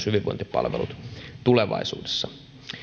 myös hyvinvointipalvelut tulevaisuudessa